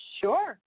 Sure